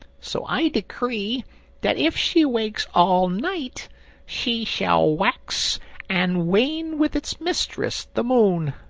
so i decree that if she wakes all night she shall wax and wane with its mistress, the moon.